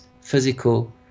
physical